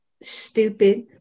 stupid